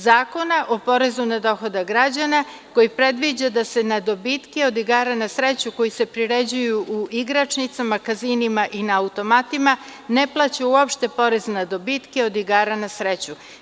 Zakona o porezu na dohodak građana, koji predviđa da se na dobitke od igara na sreću koji se priređuju u igračnicima, kazinima i na automatima ne plaća uopšte porez na dobitke od igara na sreću.